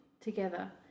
together